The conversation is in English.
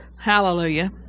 Hallelujah